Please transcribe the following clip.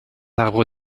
arbre